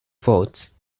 votes